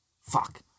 fuck